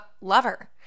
lover